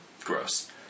gross